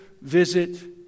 visit